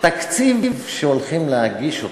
על הטוב שהוא מרעיף עלינו.